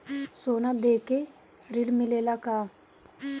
सोना देके ऋण मिलेला का?